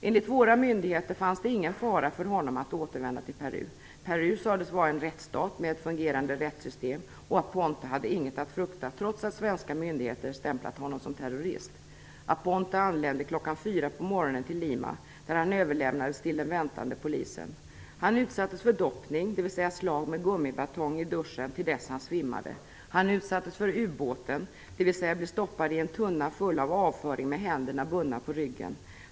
Enligt våra myndigheter fanns det ingen fara för honom att återvända till Peru. Peru sades vara en rättsstat med ett fungerande rättssystem och Aponte hade inget att frukta, trots att svenska myndigheter stämplat honom som terrorist. Aponte anlände kl 4 på morgonen till Lima där han överlämnades till den väntande polisen. Han utsattes för doppning, dvs. slag med gummibatong i duschen tills han svimmade. Han utsattes för ubåten, dvs. blev stoppad i en tunna full av avföring med händerna bundna på ryggen.